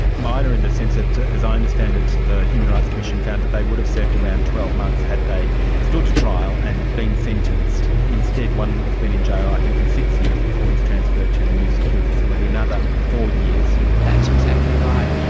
minor in the sense that as i understand it the human rights commission found that they would have served around twelve months had they stood trial and been sentenced. instead one has been in jail i think for six years before he was transferred to the new secure facility, another four years. that's exactly right.